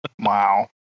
Wow